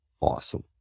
awesome